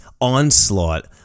onslaught